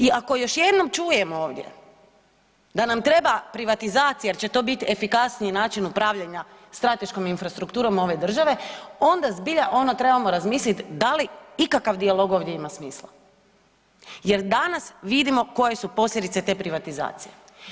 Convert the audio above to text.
I ako još jednom čujem ovdje da nam treba privatizacija jer će to biti efikasniji način upravljanja strateškom infrastrukturom ove države onda zbilja ono trebamo razmisliti da li ikakav dijalog ovdje ima smisla jer danas vidimo koje su posljedice te privatizacije.